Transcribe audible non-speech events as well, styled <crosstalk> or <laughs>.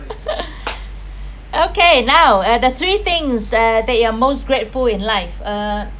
<laughs> okay now and the three things that you are most grateful in life uh